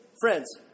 Friends